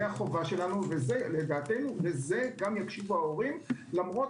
זה חובתנו וזה גם ישפיע על ההורים למרות